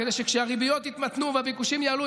כדי שכשהריביות יתמתנו והביקושים יעלו,